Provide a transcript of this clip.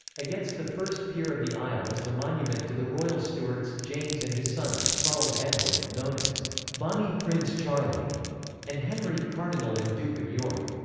against the first pier of the aisle is the monument to the royal stuarts, james and his sons, charles edward, known as bonnie prince charlie and henry, cardinal and duke of york.